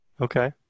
okay